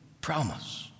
promise